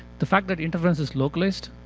the fact that interference is localized,